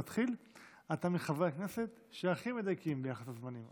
אתה מחברי הכנסת שהכי מדייקים בלוחות הזמנים,